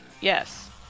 Yes